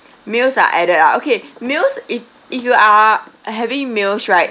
meals are added uh okay meals if if you are having meals right